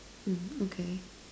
mm okay